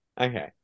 okay